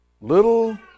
little